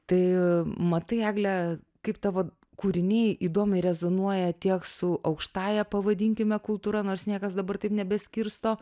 tai matai egle kaip tavo kūriniai įdomiai rezonuoja tiek su aukštąja pavadinkime kultūra nors niekas dabar taip nebeskirsto